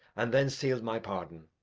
and then seal'd my pardon.